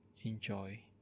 enjoy